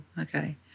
okay